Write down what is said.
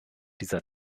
dieser